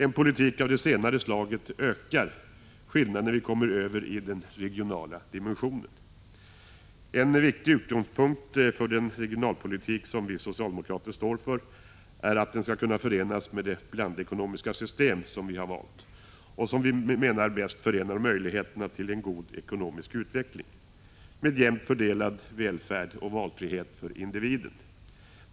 En politik av det senare slaget ökar skillnaderna när vi kommer över i den regionala dimensionen. En viktig utgångspunkt för den regionalpolitik som vi socialdemokrater står för är att den skall kunna förenas med det blandekonomiska system som vi har valt och som vi menar bäst förenar möjligheterna till en god ekonomisk utveckling med jämnt fördelad välfärd och valfrihet för individen.